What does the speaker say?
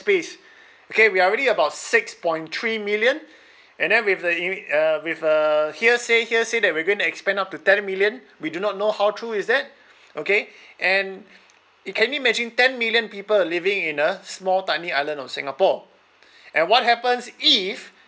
space okay we are already about six point three million and then we have the uh with a hearsay hearsay that we're going to expand up to ten million we do not know how true is that okay and can you imagine ten million people living in a small tiny island of singapore and what happens if